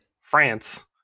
France